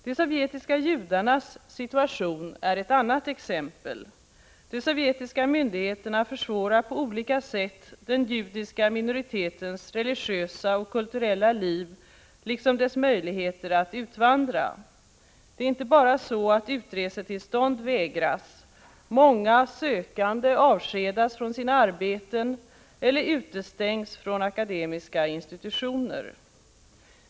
De sovjetiska judarnas situation är ett annat exempel. De sovjetiska myndigheterna försvårar på olika sätt den judiska minoritetens religiösa och kulturella liv liksom dess möjligheter att utvandra. Det är inte bara så att utresetillstånd vägras, många sökande avskedas från sina arbeten eller utestängs från akademiska institutioner.